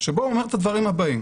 שבו הוא אומר את הדברים הבאים